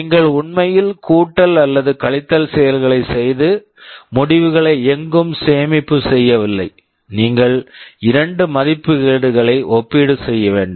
நீங்கள் உண்மையில் கூட்டல் அல்லது கழித்தல் செயல்களை செய்து முடிவுகளை எங்கும் சேமிப்பு செய்யவில்லை நீங்கள் இரண்டு மதிப்புகளை ஒப்பீடு செய்யவேண்டும்